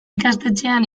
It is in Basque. ikastetxean